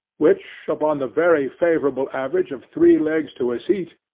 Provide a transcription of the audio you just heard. which, upon the very favourable average of three legs to a seat,